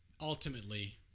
ultimately